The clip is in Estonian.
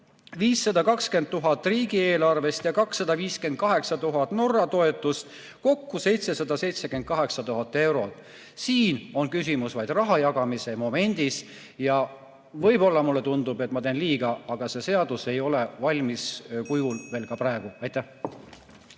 520 000 riigieelarvest ja 258 000 Norra toetust, kokku 778 000 eurot. Siin on küsimus vaid raha jagamise momendis. Võib-olla mulle tundub ja ma teen liiga, aga see seadus ei ole valmis veel ka praegu. Aitäh!